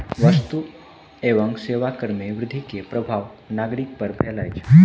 वस्तु एवं सेवा कर में वृद्धि के प्रभाव नागरिक पर भेल अछि